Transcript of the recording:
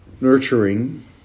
nurturing